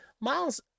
Miles